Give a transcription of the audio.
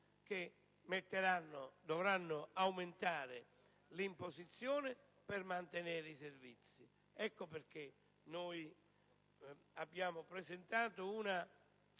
che dovranno aumentare l'imposizione per mantenere i servizi. Ecco perché abbiamo presentato un